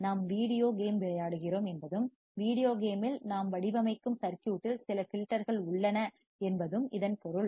நாம் video game விளையாடுகிறோம் என்பதும் வீடியோ கேமில் நாம் வடிவமைக்கும் சர்க்யூட்டில் சில ஃபில்டர்கள் உள்ளன என்பதும் இதன் பொருள்